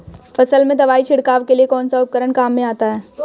फसल में दवाई छिड़काव के लिए कौनसा उपकरण काम में आता है?